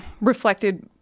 reflected